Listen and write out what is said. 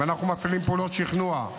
אם אנחנו מפעילים פעולות שכנוע,